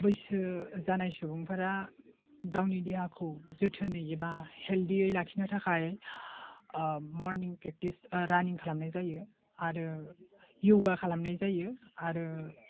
बैसो जानाय सुबुंफोरा गावनि देहाखौ जोथोनै एबा हेलडि यै लाखिनो थाखाय मरनिं प्रेकटिस रानिं खालामनाय जायो आरो यगा खालामनाय जायो आरो